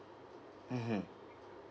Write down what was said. mmhmm